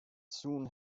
soon